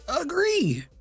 agree